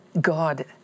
God